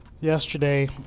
Yesterday